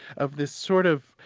of this sort of,